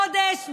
את הקודש והחול,